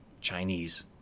Chinese